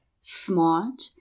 smart